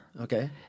Okay